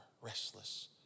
restless